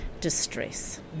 distress